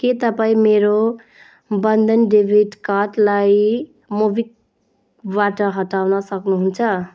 के तपाईँ मेरो बन्धन डेबिट कार्डलाई मोबिकबाट हटाउन सक्नुहुन्छ